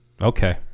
Okay